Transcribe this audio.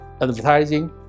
Advertising